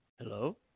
hello